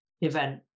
event